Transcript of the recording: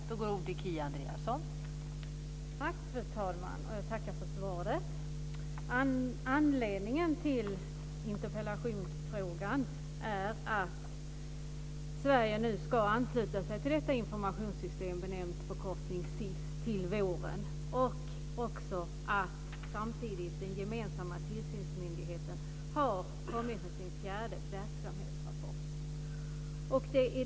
Fru talman! Jag tackar för svaret. Anledningen till interpellationen är att Sverige till våren ska ansluta sig till detta informationssystem, benämnt SIS, och också att den gemensamma tillsynsmyndigheten nu har kommit med sin fjärde verksamhetsrapport.